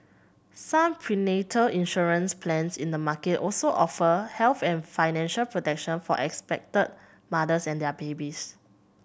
some prenatal insurance plans in the market also offer health and financial protection for expect mothers and their babies